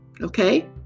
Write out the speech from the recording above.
Okay